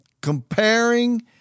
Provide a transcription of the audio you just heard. comparing